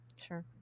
Sure